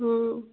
हँ